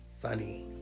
funny